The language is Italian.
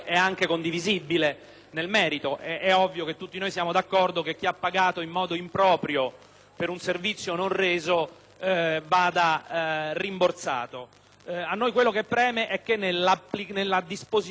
per un servizio non reso vada rimborsato. A noi ciò che preme è che nel dispositivo di applicazione di questa sentenza si tenga conto in maniera accurata di due